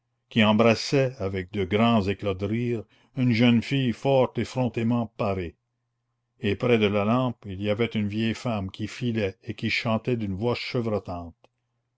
qui embrassait avec de grands éclats de rire une jeune fille fort effrontément parée et près de la lampe il y avait une vieille femme qui filait et qui chantait d'une voix